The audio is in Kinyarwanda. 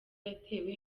yatewe